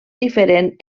diferent